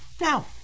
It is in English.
Now